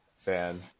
fan